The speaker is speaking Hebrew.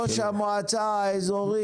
ראש המועצה האזורית